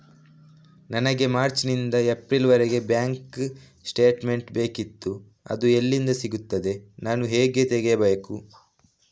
ನನಗೆ ಮಾರ್ಚ್ ನಿಂದ ಏಪ್ರಿಲ್ ವರೆಗೆ ಬ್ಯಾಂಕ್ ಸ್ಟೇಟ್ಮೆಂಟ್ ಬೇಕಿತ್ತು ಅದು ಎಲ್ಲಿಂದ ಸಿಗುತ್ತದೆ ನಾನು ಹೇಗೆ ತೆಗೆಯಬೇಕು?